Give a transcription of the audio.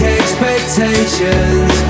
expectations